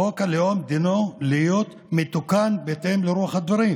וחוק הלאום דינו להיות מתוקן בהתאם לרוח הדברים